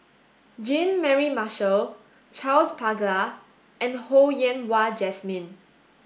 Jean Mary Marshall Charles Paglar and Ho Yen Wah Jesmine